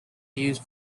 used